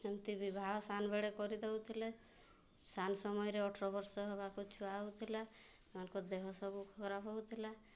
ଏମିତି ବିବାହ ସାନ୍ ବେଳେ କରି ଦଉଥିଲେ ସାନ୍ ସମୟରେ ଅଠର ବର୍ଷ ହବାକୁ ଛୁଆ ହଉ ଥିଲା ସେମାନଙ୍କ ଦେହ ସବୁ ଖରାପ ହଉ ଥିଲା